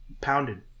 pounded